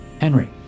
Henry